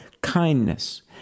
kindness